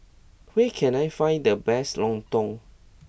where can I find the best Lontong